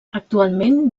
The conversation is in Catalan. actualment